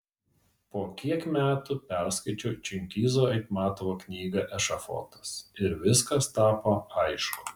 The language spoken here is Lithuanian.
po kiek metų perskaičiau čingizo aitmatovo knygą ešafotas ir viskas tapo aišku